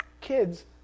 kids